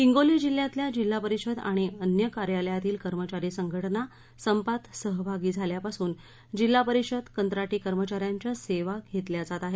हिंगोली जिल्ह्यातल्या जिल्हापरिषद आणिअन्य कार्यलयातील कर्मचारी संघटना संपत सहभागी झाल्यापासून जिल्हा परिषदेत कंत्राटी कर्मचाऱ्यांच्या सेवा घेतल्या जात आहेत